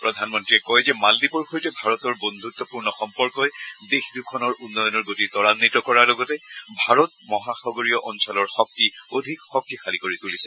প্ৰধানমন্ত্ৰীয়ে কয় যে মালদ্বীপৰ সৈতে ভাৰতৰ বঙ্গুত্পূৰ্ণ সম্পৰ্কই দেশ দুখনৰ উন্নয়নৰ গতি ত্ৰাদ্বিত কৰাৰ লগতে ভাৰত মহাসাগৰীয় অঞ্চলৰ শক্তি অধিক শক্তিশালী কৰি তুলিছে